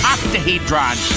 Octahedron